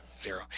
zero